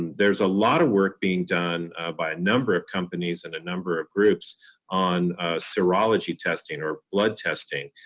there's a lot of work being done by a number of companies and a number of groups on serology testing, or blood testing,